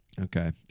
okay